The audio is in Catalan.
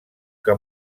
que